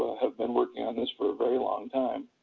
have been working on this for a very long time.